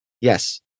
yes